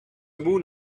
moon